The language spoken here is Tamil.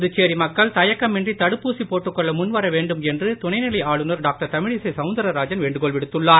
புதுச்சேரி மக்கள் தயக்கம் இன்றி தடுப்பூசி போட்டுக்கொள்ள முன்வரவேண்டும் என்று துணைநிலை ஆளுநர் டாக்டர் தமிழிசை சவுந்தராஜன் வேண்டுகோள் விடுத்துள்ளார்